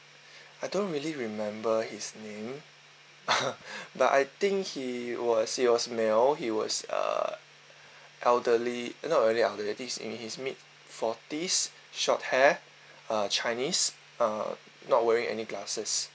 I don't really remember his name but I think he was he was male he was uh elderly not really elderly is in his mid forties short hair uh chinese uh not wearing any glasses